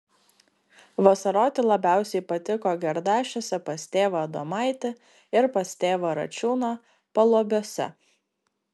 vasaroti labiausiai patiko gerdašiuose pas tėvą adomaitį ir pas tėvą račiūną paluobiuose